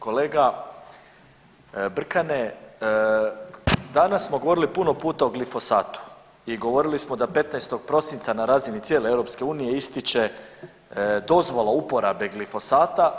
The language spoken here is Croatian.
Kolega Brkane, danas smo govorili puno puta o glifosatu i govorili smo da 15. prosinca na razini cijele EU ističe dozvola uporabe glifosata.